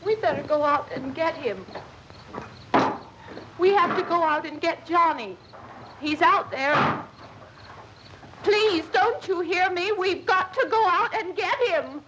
we better go out and get him we have to go out and get johnny he's out there please don't you hear me we've got to go out and get